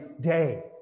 day